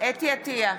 חוה אתי עטייה,